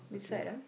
okay